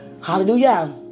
Hallelujah